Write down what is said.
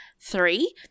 Three